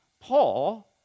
Paul